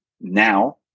now